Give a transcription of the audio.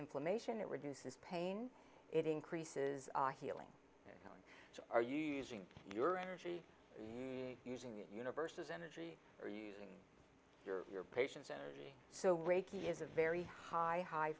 inflammation it reduces pain it increases healing are you using your energy using the universe's energy or using your patients energy so reiki is a very high